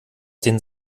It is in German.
den